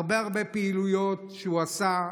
הרבה הרבה פעילויות הוא עשה.